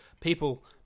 people